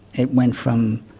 it went from